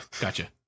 Gotcha